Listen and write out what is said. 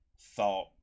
thought